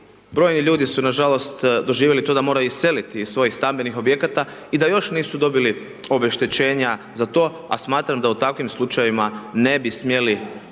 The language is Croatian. brojni ljudi su nažalost doživjeli to da moraju iseliti iz svojih stambenih objekata i da još nisu dobili obeštećenja za to, a smatram da u takvim slučajevima ne bi smjeli uopće,